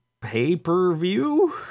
pay-per-view